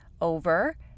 over